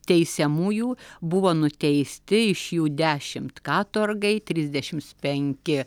teisiamųjų buvo nuteisti iš jų dešimt katorgai trisdešims penki